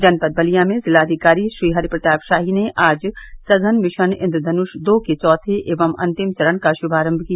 जनपद बलिया में जिलाधिकारी श्रीहरिप्रताप शाही ने आज सघन मिशन इंद्रघनुष दो के चौथे एवं अंतिम चरण का शुभारंभ किया